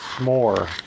more